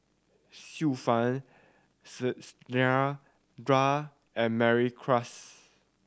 Xiu Fang and Mary Klass